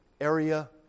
area